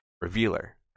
Revealer